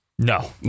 No